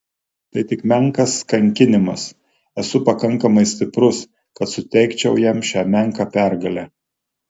tai tik menkas kankinimas esu pakankamai stiprus kad suteikčiau jam šią menką pergalę